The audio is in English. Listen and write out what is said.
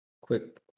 quick